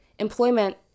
employment